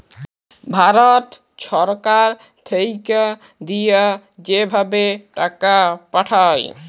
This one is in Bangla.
ভারত ছরকার থ্যাইকে দিঁয়া যে ভাবে টাকা পাঠায়